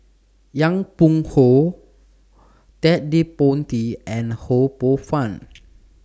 Yong Pung How Ted De Ponti and Ho Poh Fun